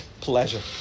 pleasure